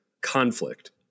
conflict